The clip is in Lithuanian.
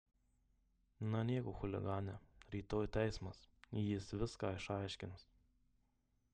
na nieko chuligane rytoj teismas jis viską išaiškins